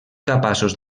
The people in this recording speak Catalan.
capaços